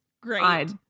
great